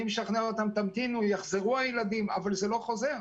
אני מנסה לשכנע אותם שימתינו לחזרת הילדים אבל הילדים לא חוזרים.